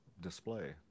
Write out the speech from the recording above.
display